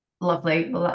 Lovely